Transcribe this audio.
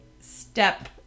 step